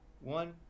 One